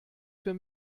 für